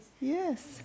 Yes